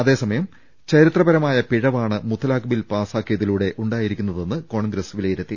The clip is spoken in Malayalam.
അതേസമയം ചരിത്രപരമായ പിഴവാണ് മുത്തലാഖ് ബിൽ പാസ്സാക്കിയതിലൂടെ ഉണ്ടായിരിക്കുന്നതെന്ന് കോൺഗ്രസ് വില യിരുത്തി